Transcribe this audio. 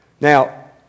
Now